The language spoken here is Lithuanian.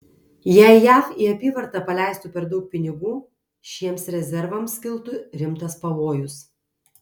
jei jav į apyvartą paleistų per daug pinigų šiems rezervams kiltų rimtas pavojus